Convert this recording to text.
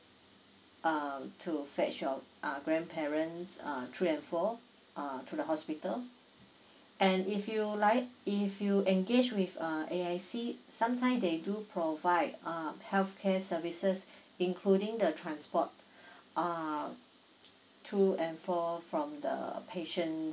uh to fetch your uh grandparents um through and forth to the hospital and if you like if you engage with a A_I_C sometime they do provide uh healthcare services including the transport uh through and forth from the patient